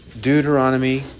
Deuteronomy